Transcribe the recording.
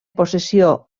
possessió